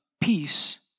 peace